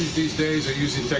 these days are using